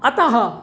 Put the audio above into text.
अतः